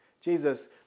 Jesus